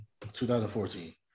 2014